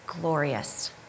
Glorious